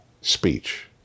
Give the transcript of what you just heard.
Speech